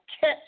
catch